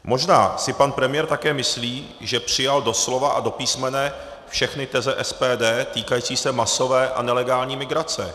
Možná si pan premiér také myslí, že přijal doslova a do písmene všechny teze SPD týkající se masové a nelegální migrace.